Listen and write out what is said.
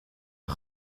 een